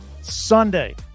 Sunday